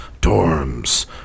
dorms